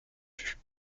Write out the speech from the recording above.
vue